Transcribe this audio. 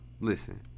listen